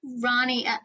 Ronnie